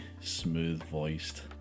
smooth-voiced